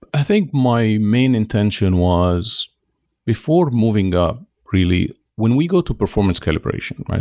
i think my main intention was before moving up really, when we go to performance calibration, right?